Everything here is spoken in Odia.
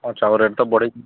ସବୁ ରେଟ୍ ତ ବଢ଼ିଛି